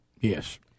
Yes